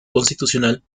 constitucional